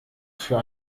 für